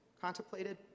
contemplated